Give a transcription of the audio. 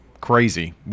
crazy